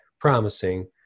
promising